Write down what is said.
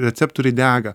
receptoriai dega